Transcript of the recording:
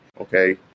okay